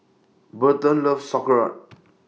Burton loves Sauerkraut